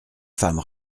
femme